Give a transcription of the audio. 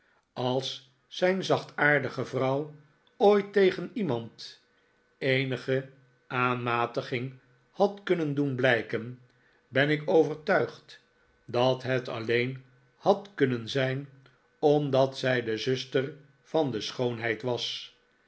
als zijn zachtaardige vrouw ooit tegen iemand eenige aanmatiging had kunnen doen blijken ben ik overtuigd dat het alleen had kunnen zijn omdat zij de zuster van de schoonheid was